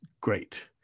great